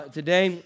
today